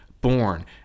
born